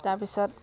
তাৰপিছত